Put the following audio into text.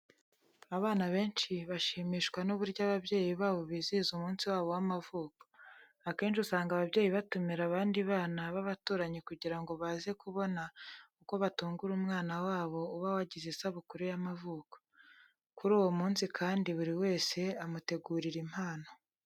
Abana benshi bashimishwa n'uburyo ababyeyi babo bizihiza umunsi wabo w'amavuko. Akenshi usanga ababyeyi batumira abandi bana b'abaturanyi kugira ngo baze kubona uko batungura umwana wabo uba wagize isabukuru y'amavuko. Kuri uwo munsi kandi buri wese amutegurira impano.